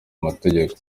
amategeko